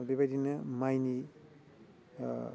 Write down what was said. बेबायदिनो माइनि